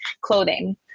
clothing